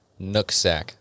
Nooksack